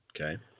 okay